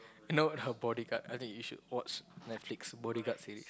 no not Bodyguard I think you should watch Netflix Bodyguard series